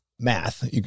math